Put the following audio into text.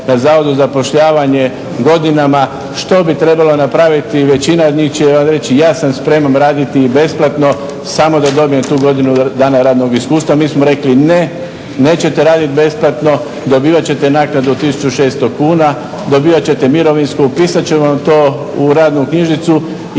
na Zavodu za zapošljavanje godinama što bi trebala napraviti većina od njih će vam reći ja sam spreman raditi i besplatno samo da dobijem tu godinu dana radnog iskustva. Mi smo rekli ne, nećete radit besplatno, dobivat ćete naknadu od 1600 kuna, dobivat ćete mirovinsko, upisat će vam to u radnu knjižicu